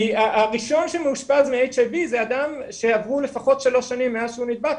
כי הראשון שמאושפז מ-HIV זה אדם שעברו לפחות שלוש שנים מאז שהוא נדבק,